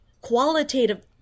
qualitative